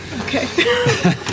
Okay